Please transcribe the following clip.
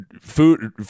food